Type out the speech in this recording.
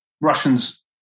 Russians